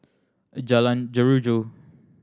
Jalan Jeruju